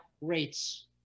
rates